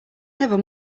never